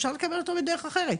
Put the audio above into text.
אפשר לקבל אותו בדרך אחרת.